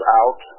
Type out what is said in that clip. out